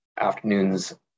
afternoons